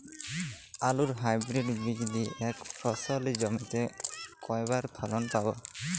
আলুর হাইব্রিড বীজ দিয়ে এক ফসলী জমিতে কয়বার ফলন পাব?